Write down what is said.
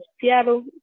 Seattle